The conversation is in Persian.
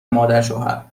مادرشوهرهرکاری